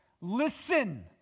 Listen